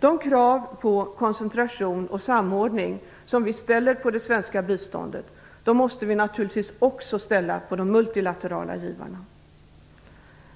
De krav på koncentration och samordning som vi ställer på det svenska biståndet måste vi naturligtvis också ställa på de multilaterala givarna.